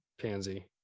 pansy